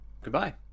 Goodbye